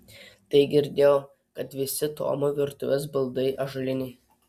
tai girdėjau kad visi tomo virtuvės baldai ąžuoliniai